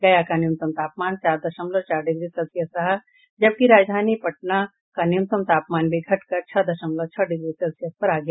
गया का न्यूनतम तापमान चार दशमलव चार डिग्री सेल्सियस रहा जबकि राजधानी पटना का न्यूनतम तापमान भी घटकर छह दशमलव छह डिग्री सेल्सियस पर आ गया